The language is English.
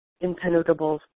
impenetrable